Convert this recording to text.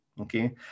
Okay